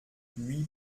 huit